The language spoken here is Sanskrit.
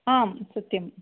आं सत्यं